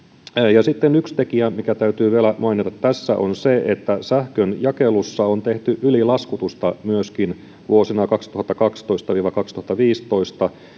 ja sitten yksi tekijä mikä täytyy vielä mainita tässä on se että sähkön jakelussa on tehty myöskin ylilaskutusta vuosina kaksituhattakaksitoista viiva kaksituhattaviisitoista